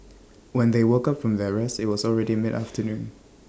when they woke up from their rest IT was already midafternoon